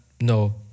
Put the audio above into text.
no